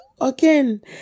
again